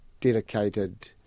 dedicated